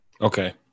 Okay